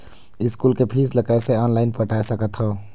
School के fees ला कैसे ऑनलाइन पटाए सकत हव?